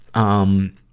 um,